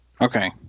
Okay